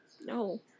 No